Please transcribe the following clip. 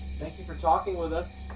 thank you for talking with us.